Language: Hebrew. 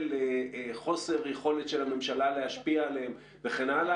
של חוסר יכולת של הממשלה להשפיע עליהם וכן הלאה.